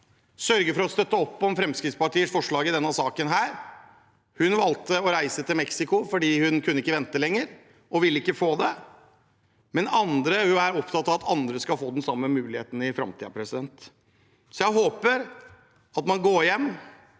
sørger for å støtte opp om Fremskrittspartiets forslag i denne saken. Hun valgte å reise til Mexico fordi hun ikke kunne vente lenger, og fordi hun ikke ville få det, men hun er opptatt av at andre skal få den samme muligheten i framtiden. Jeg håper at man går hjem,